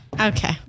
Okay